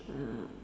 uh